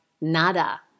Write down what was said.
nada